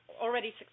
already